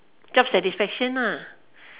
job satisfaction ah